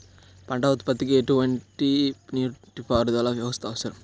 పంట ఉత్పత్తికి ఎటువంటి నీటిపారుదల వ్యవస్థ అవసరం?